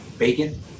Bacon